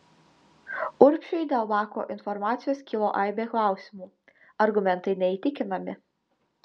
urbšiui dėl bako informacijos kilo aibė klausimų argumentai neįtikinami